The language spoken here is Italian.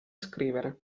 scrivere